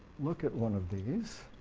look at one of these,